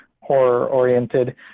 horror-oriented